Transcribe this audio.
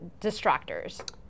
distractors